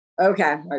okay